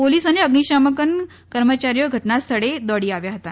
police અને અઝિશમકન કર્મચારીઓ ઘટના સ્થળે દોડી આવ્યા હતા